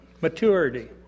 Maturity